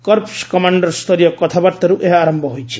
corps commander ସ୍ତରୀୟ କଥାବାର୍ତ୍ତାରୁ ଏହା ଆରମ୍ଭ ହୋଇଛି